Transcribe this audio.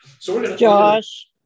Josh